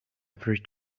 every